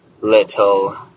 little